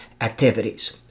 activities